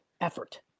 effort